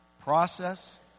Process